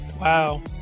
Wow